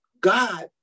God